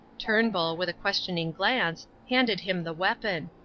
turnbull, with a questioning glance, handed him the weapon.